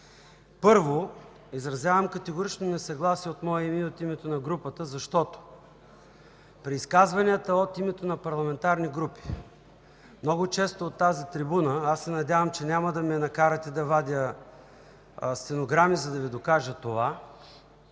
Първо, изразявам категорично несъгласие от мое име и от името на групата, защото при изказвания от името на парламентарни групи много често от тази трибуна – надявам се, че няма да ме накарате да вадя стенограми, за да Ви докажа това,